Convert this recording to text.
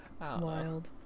Wild